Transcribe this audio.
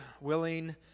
willing